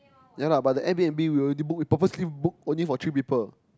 ya lah but the air-b_n_b we already book we purposely book only for three people